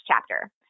chapter